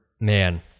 man